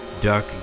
Dark